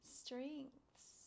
strengths